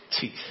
teeth